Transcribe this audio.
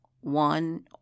one